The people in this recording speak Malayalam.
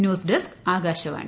news desk Akashvani